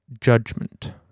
judgment